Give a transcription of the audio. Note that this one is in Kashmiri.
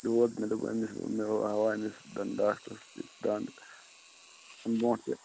دود مےٚ دوٚپ أمِس مےٚ ہو ہاوا أمِس دَنٛدٕ ڈاکٹرَس یہِ دَنٛد اَمہِ برٛونٛٹھ تہِ